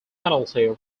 penalty